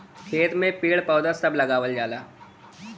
खेत में पेड़ पौधा सभ लगावल जाला